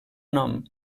nom